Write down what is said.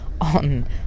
on